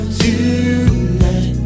tonight